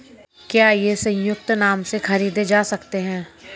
क्या ये संयुक्त नाम से खरीदे जा सकते हैं?